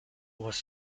was